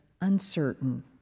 uncertain